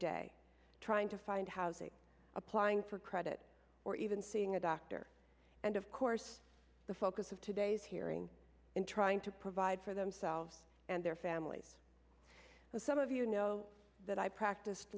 day trying to find housing applying for credit or even seeing a doctor and of course the focus of today's hearing in trying to provide for themselves and their families some of you know that i practice